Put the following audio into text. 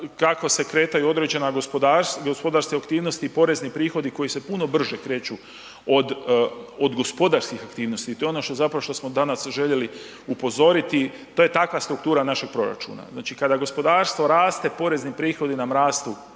kako se kretaju određena gospodarske aktivnosti i porezni prihodi koji se puno brže kreću od gospodarskih aktivnosti i to je ono zapravo što smo danas željeli upozoriti, to je takva struktura našeg proračuna. Znači, kada gospodarstvo raste, porezni prihodi nam rastu